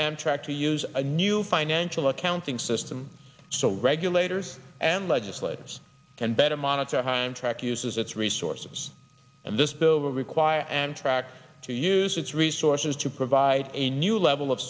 amtrak to use a new financial accounting system so regulators and legislators can better monitor heim track uses its resources and this bill will require and track to use its resources to provide a new level of